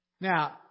Now